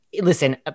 listen